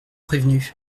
prévenue